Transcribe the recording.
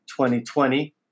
2020